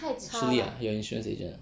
shi li your insurance agent ah